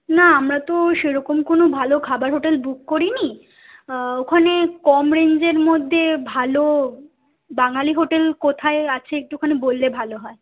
না আমরা তো সেরকম কোনো ভালো খাবার হোটেল বুক করি নি ওখানে কম রেঞ্জের মধ্যে ভালো বাঙালি হোটেল কোথায় আছে একটুখানি বললে ভালো হয়